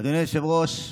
אדוני היושב-ראש,